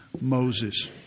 Moses